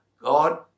God